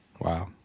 Wow